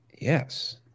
Yes